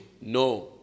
No